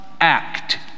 act